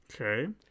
Okay